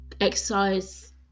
exercise